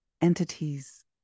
entities